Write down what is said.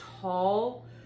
tall